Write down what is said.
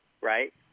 right